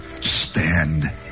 stand